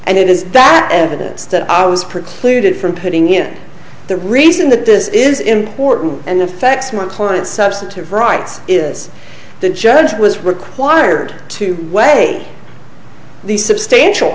and it is that evidence that i was precluded from putting it the reason that this is important and affects my client substantive rights is the judge was required to weigh the substantial